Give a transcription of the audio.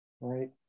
right